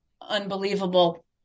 unbelievable